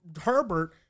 Herbert